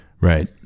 Right